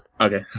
Okay